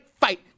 fight